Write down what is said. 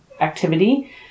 activity